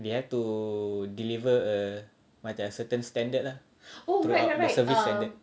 we have to deliver err macam certain standard ah throughout the service standard